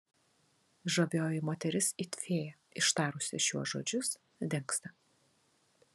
žavioji moteris it fėja ištarusi šiuos žodžius dingsta